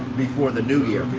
before the new year.